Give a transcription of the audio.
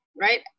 right